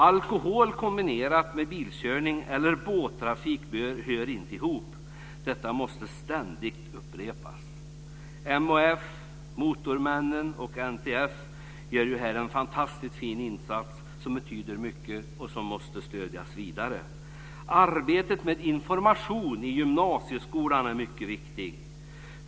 Alkohol kombinerat med bilkörning eller båttrafik hör inte ihop. Detta måste ständigt upprepas. MHF, Motormännen och NTF gör här en fantastiskt fin insats som betyder mycket och som måste stödjas vidare. Arbetet med information i gymnasieskolan är mycket viktigt.